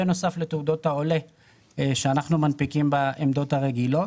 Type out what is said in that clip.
בנוסף לתעודות העולה שאנחנו מנפיקים בעמדות הרגילות.